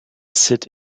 sit